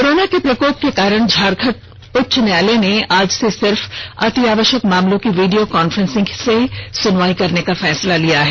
corona के प्रकोप के कारण झारखंड उच्च न्यायालय ने आज से सिर्फ अति आवश्यक मामलों की वीडियो कांफेंसिंग से सुनवाई करने का फैसला लिया है